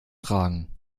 tragen